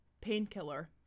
painkiller